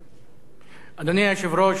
אדוני היושב-ראש, אני מודה לך.